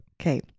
Okay